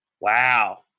Wow